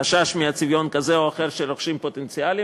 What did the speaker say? חשש מצביון כזה או אחר של רוכשים פוטנציאליים,